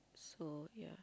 so ya